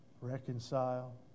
reconcile